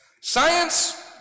science